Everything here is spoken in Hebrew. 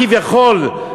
כביכול,